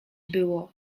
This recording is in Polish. było